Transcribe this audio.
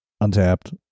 Untapped